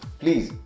please